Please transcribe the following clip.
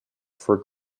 for